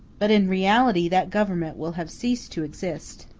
but in reality that government will have ceased to exist.